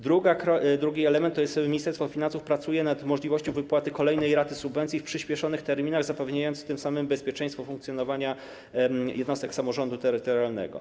Drugi element: Ministerstwo Finansów pracuje nad możliwością wypłaty kolejnej raty subwencji w przyspieszonych terminach, zapewniając tym samym bezpieczeństwo funkcjonowania jednostek samorządu terytorialnego.